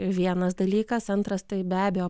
vienas dalykas antras tai be abejo